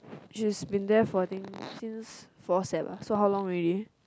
she has been there for I think since four Sep so how long already